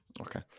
Okay